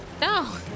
No